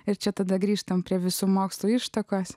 ir čia tada grįžtam prie visų mokslo ištakas